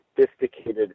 sophisticated